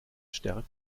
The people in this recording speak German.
stärken